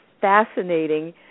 fascinating